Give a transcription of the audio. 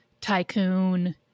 tycoon